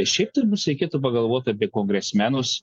šiaip tai mums reikėtų pagalvot apie kongresmenus